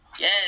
Yes